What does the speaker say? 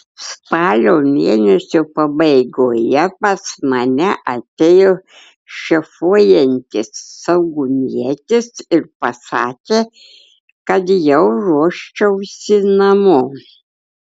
spalio mėnesio pabaigoje pas mane atėjo šefuojantis saugumietis ir pasakė kad jau ruoščiausi namo